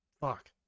Fuck